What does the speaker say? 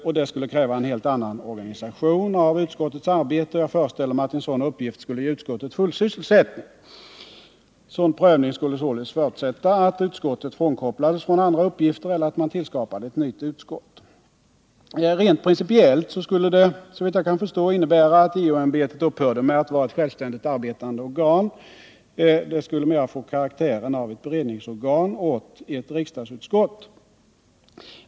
Den skulle också kräva en helt annan organisation av utskottets arbete. Jag föreställer mig att en sådan uppgift skulle ge utskottet full sysselsättning. En sådan prövning skulle således förutsätta att utskottet frånkopplades andra uppgifter eller att man tillskapade ett nytt utskott. Rent principiellt skulle det såvitt jag förstår innebära att JO ämbetet upphörde att vara ett självständigt arbetande organ. Det skulle mera få karaktären av ett beredningsorgan åt ett riksdagsutskott.